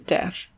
Death 。